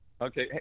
Okay